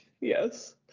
Yes